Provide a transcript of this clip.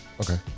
Okay